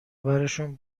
برشون